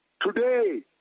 Today